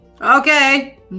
Okay